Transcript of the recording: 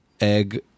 egg